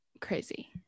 crazy